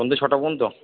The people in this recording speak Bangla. সন্ধে ছটা পর্যন্ত